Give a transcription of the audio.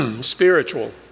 spiritual